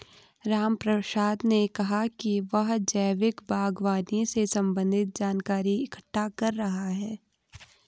रामप्रसाद ने कहा कि वह जैविक बागवानी से संबंधित जानकारी इकट्ठा कर रहा है